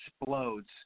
explodes